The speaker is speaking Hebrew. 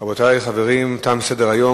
רבותי, חברים, תם סדר-היום.